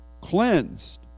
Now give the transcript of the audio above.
cleansed